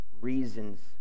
reasons